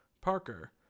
Parker